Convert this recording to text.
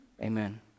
Amen